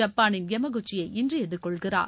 ஜப்பானின் யமகுச்சியை இன்று எதிர்கொள்கிறார்